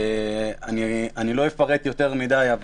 לא אפרט יותר מדי,